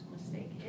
mistake